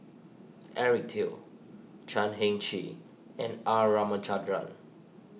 Eric Teo Chan Heng Chee and R Ramachandran